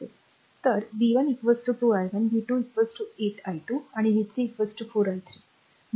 तर वv 1 2 i 1 v 2 8 i 2 आणि v 3 4 i 3